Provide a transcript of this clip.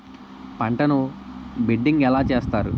పంటను బిడ్డింగ్ ఎలా చేస్తారు?